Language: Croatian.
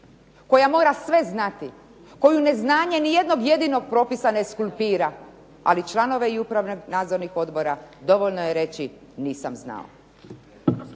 koja mora sve znati, koju neznanje nijednog jedinog propisa ne eskulpira ali članove upravnih i nadzornih odbora dovoljno je reći nisam znao.